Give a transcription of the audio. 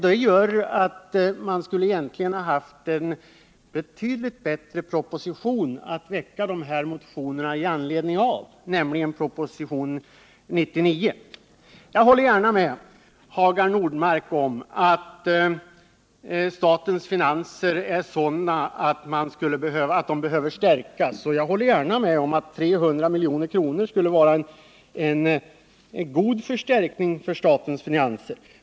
De här motionerna borde ha väckts med anledning av en helt annan proposition, nämligen proposition 99. Jag håller gärna med Hagar Normark om att statens finanser behöver stärkas. Och jag håller gärna med om att 300 milj.kr. skulle vara en god förstärkning av statens finanser.